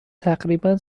تقریبا